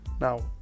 Now